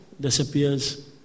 disappears